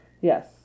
Yes